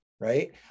right